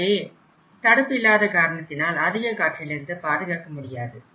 எனவே தடுப்பு இல்லாத காரணத்தினால் அதிக காற்றிலிருந்து பாதுகாக்க முடியாது